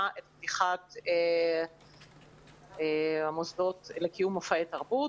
את פתיחת המוסדות לקיום מופעי תרבות.